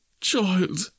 child